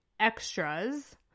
extras